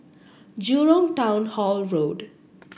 Jurong Town Hall Road